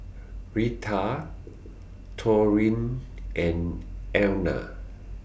Reatha Torrie and Elna